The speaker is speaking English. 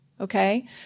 Okay